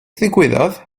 ddigwyddodd